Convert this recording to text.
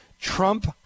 Trump